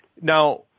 Now